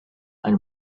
and